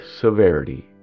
severity